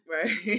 Right